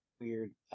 weird